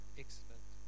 excellent